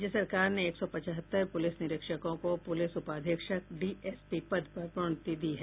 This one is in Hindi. राज्य सरकार ने एक सौ पचहत्तर पुलिस निरीक्षकों को पुलिस उपाधीक्षक डीएसपी पद पर प्रोन्नति दी है